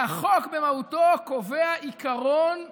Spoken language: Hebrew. והחוק במהותו הקובע עיקרון שולל,